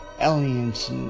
aliens